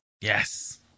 Yes